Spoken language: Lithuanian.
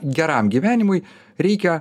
geram gyvenimui reikia